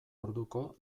orduko